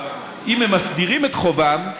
אם הם מסדירים את חובם,